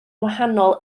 wahanol